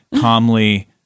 calmly